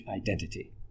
identity